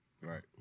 Right